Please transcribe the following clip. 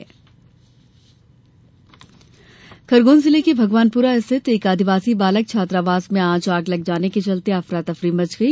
छात्रावास आग खरगोन जिले के भगवानपुरा स्थित एक आदिवासी बालक छात्रावास में आज आग लग जाने के चलते अफरा तफरी मच गई